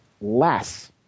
less